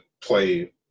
play